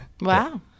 Wow